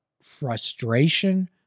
frustration